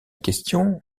question